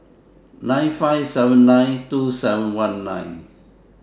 nine five seven nine two seven one nine